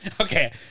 Okay